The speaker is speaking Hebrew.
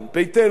בית-אריה,